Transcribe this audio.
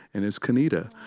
and it's kenita.